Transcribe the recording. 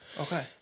Okay